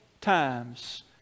times